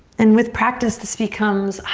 and with practice this becomes